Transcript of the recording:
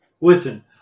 Listen